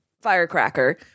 firecracker